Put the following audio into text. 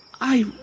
I